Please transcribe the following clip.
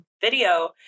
video